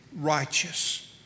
righteous